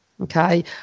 okay